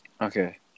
Okay